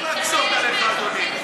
צריך להקשות עליך, אדוני.